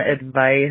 advice